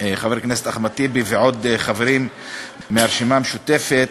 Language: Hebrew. חבר הכנסת אחמד טיבי ועוד חברים מהרשימה המשותפת,